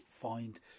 Find